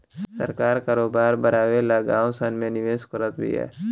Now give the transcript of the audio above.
सरकार करोबार बड़ावे ला गाँव सन मे निवेश करत बिया